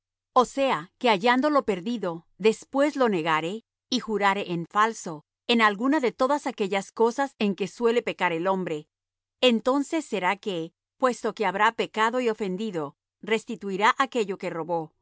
o sea que hallando lo perdido después lo negare y jurare en falso en alguna de todas aquellas cosas en que suele pecar el hombre entonces será que puesto habrá pecado y ofendido restituirá aquello que robó